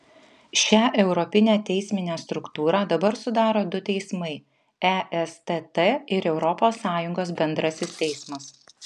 šią europinę teisminę struktūrą dabar sudaro du teismai estt ir europos sąjungos bendrasis teismas